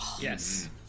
Yes